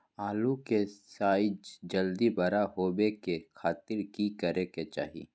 आलू के साइज जल्दी बड़ा होबे के खातिर की करे के चाही?